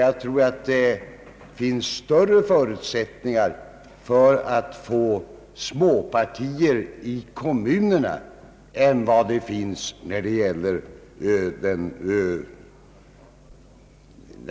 Jag tror att det finns större förutsättningar för uppkomsten av småpartier i kommunerna än när det gäller rikspolitiken.